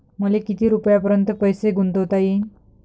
मले किती रुपयापर्यंत पैसा गुंतवता येईन?